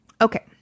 Okay